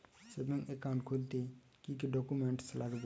Savings account খুলতে কি কি ডকুমেন্টস লাগবে?